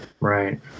Right